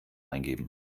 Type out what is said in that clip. eingeben